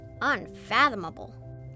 Unfathomable